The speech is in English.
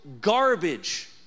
garbage